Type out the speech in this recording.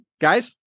Guys